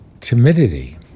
timidity